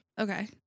Okay